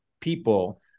people